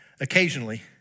occasionally